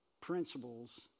principles